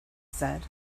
said